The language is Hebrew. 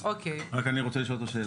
לזה.